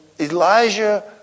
Elijah